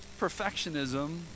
perfectionism